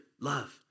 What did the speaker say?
Love